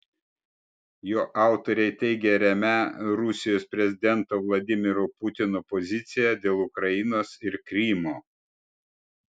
jo autoriai teigia remią rusijos prezidento vladimiro putino poziciją dėl ukrainos ir krymo